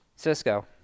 Cisco